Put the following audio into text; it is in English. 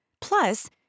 Plus